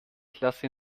klasse